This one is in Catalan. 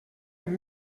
amb